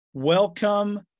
Welcome